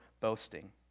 boasting